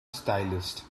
stylist